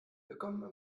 willkommen